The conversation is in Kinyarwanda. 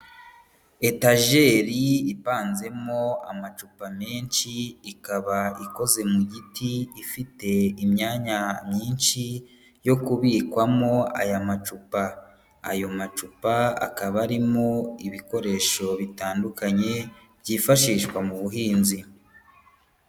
Etajeri ipanzemo amacupa menshi ikaba ikoze mu giti, ifite imyanya myinshi yo kubikwamo aya macupa, ayo macupa akaba arimo ibikoresho bitandukanye byifashishwa mu buhinzi.